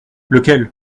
lequel